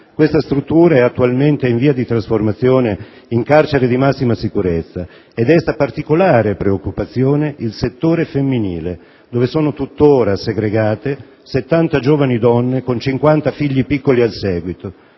Questa struttura è attualmente in via di trasformazione in carcere di massima sicurezza, e desta particolare preoccupazione il settore femminile, dove sono tuttora segregate 70 giovani donne, con 50 figli piccoli al seguito,